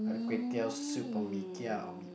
either kway teow soup or mee-kia or mee